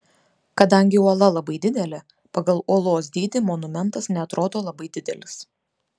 kadangi uola labai didelė pagal uolos dydį monumentas neatrodo labai didelis